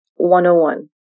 101